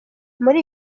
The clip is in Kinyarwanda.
muri